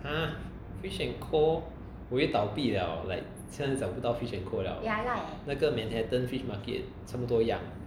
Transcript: !huh! fish and co 我以为倒闭了 like 现在找不到 fish and co liao 那个 manhattan fish market 差不多一样